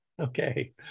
Okay